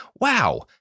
Wow